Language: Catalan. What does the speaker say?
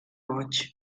boig